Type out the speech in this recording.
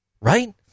Right